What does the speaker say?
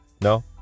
no